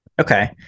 okay